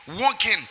walking